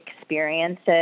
experiences